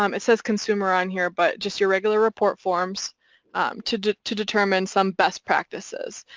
um it says consumer on here, but just your regular report forms to to determine some best practices.